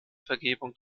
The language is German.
vergebung